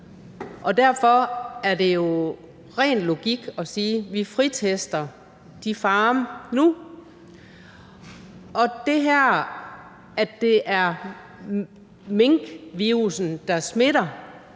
Derfor er det jo ren logik at sige: Vi fritester de farme nu. Og det her med, at det er minkvirussen, der smitter,